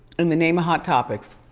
in the name of hot topics.